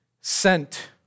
sent